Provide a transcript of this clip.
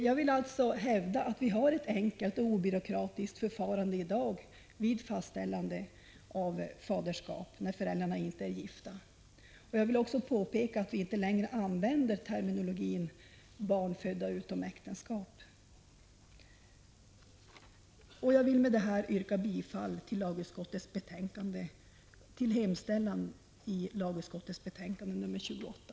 Jag vill alltså hävda att vi har ett enkelt och obyråkratiskt förfarande i dag vid fastställande av faderskap när föräldrarna inte är gifta. Jag vill också påpeka att vi inte längre använder termen ”barn födda utom äktenskapet”. Jag vill med detta yrka bifall till hemställan i lagutskottets betänkande 28.